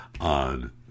on